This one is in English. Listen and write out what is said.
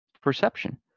perception